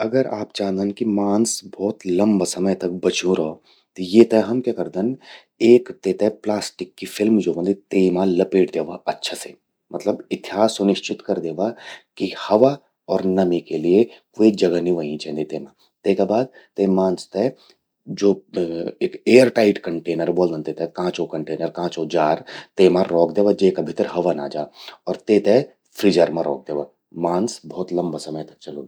अगर आप चांदन कि मांस भौत लंबा समय तक बच्यूं रौ, त येते हम क्या करदन एक तेते प्लास्टिक कि फिल्म ज्वो व्हंदि तेमा सपेट द्यावा। तेमा इथ्या सुनिश्चित करि द्यवा कि हवा अर नमी के लिए क्वे जगा नि व्हयीं चेंदि तेमा। तेका बाद ते मांस ते ज्वो एक एयर टाइट कंटेनर ब्वोलदन तेते, कांचो कंटेनर, कांचो जार। तेमा रौख द्यावा, जेका भितर हवा ना जा और तेते फ्रीजर मां रौख द्या। मांस लंबा समय तक चलोलु।